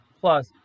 plus